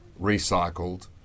recycled